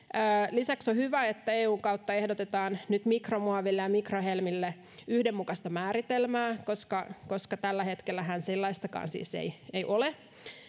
lisäksi on hyvä että eun kautta ehdotetaan nyt mikromuoville ja mikrohelmille yhdenmukaista määritelmää koska koska tällä hetkellähän sellaistakaan ei siis ole